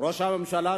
ראש הממשלה,